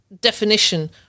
definition